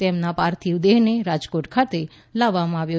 તેમના પાર્થીવ દેહને રાજકોટ ખાતે લાવવામાં આવશે